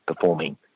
performing